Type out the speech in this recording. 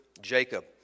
Jacob